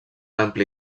ampli